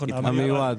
המיועד.